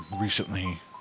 recently